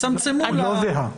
צמצמו -- היא לא זהה.